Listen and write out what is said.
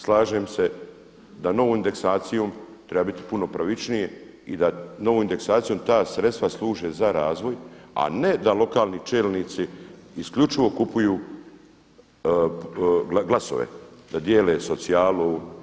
Slažem se da novom indeksacijom treba biti puno pravičnije i da novom indeksacijom ta sredstva služe za razvoj a ne da lokalni čelnici isključivo kupuju glasove, da dijele socijalu.